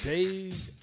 Days